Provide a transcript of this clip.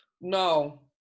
No